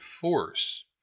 force